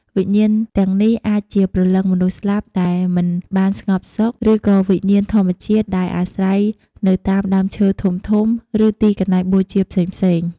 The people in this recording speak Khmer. វិញ្ញាណទាំងនេះអាចជាព្រលឹងមនុស្សស្លាប់ដែលមិនបានស្ងប់សុខ ឬក៏វិញ្ញាណធម្មជាតិដែលអាស្រ័យនៅតាមដើមឈើធំៗ ឬទីកន្លែងបូជាផ្សេងៗ។